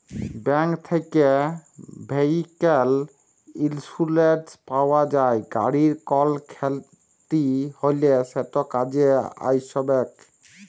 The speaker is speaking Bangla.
ব্যাংক থ্যাকে ভেহিক্যাল ইলসুরেলস পাউয়া যায়, গাড়ির কল খ্যতি হ্যলে সেট কাজে আইসবেক